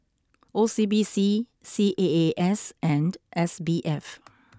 O C B C C A A S and S B F